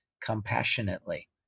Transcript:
compassionately